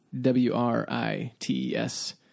W-R-I-T-E-S